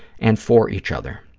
and for each other.